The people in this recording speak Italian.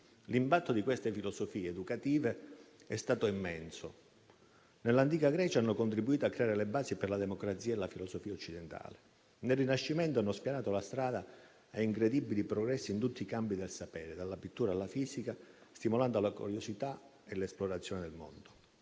L'impatto di queste filosofie educative è stato immenso. Nell'antica Grecia hanno contribuito a creare le basi per la democrazia e la filosofia occidentale; nel Rinascimento hanno spianato la strada a incredibili progressi in tutti i campi del sapere, dalla pittura alla fisica, stimolando la curiosità e l'esplorazione del mondo.